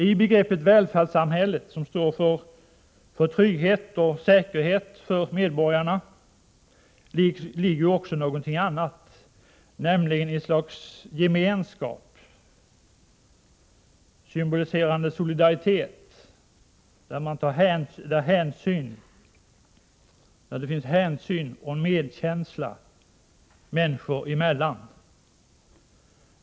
I begreppet välfärdssamhället, som står för trygghet och säkerhet för medborgarna, ligger också någonting annat, nämligen ett slags gemenskap, symboliserande solidaritet, hänsyn och medkänsla människor emellan.